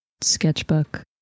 sketchbook